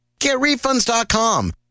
GetRefunds.com